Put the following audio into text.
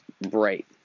bright